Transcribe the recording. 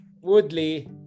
Woodley